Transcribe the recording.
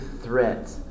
threat